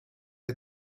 ont